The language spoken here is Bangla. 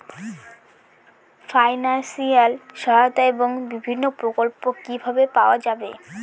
ফাইনান্সিয়াল সহায়তা এবং বিভিন্ন প্রকল্প কিভাবে পাওয়া যাবে?